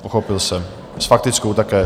Pochopil jsem, s faktickou také.